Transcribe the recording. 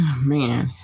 man